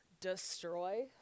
destroy